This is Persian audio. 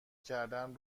کردن